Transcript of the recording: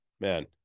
man